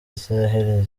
isiraheli